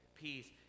peace